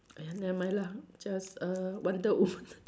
!aiya! never mind lah just err wonder woman